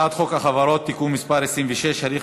הצעת חוק החברות (תיקון מס' 26) (הליך